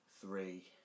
three